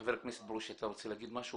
חבר הכנסת ברושי, אתה רוצה להגיד משהו?